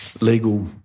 legal